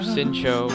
Sincho